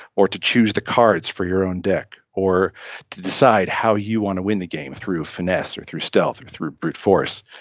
or to choose the cards for your own deck. or to decide how you want to win the game through finesse, or through stealth, or through brute force.